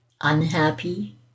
unhappy